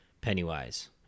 Pennywise